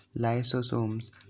lysosomes